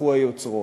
יתהפכו היוצרות?